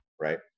right